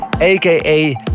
aka